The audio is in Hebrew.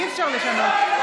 אי-אפשר לשנות.